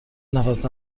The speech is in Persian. نفس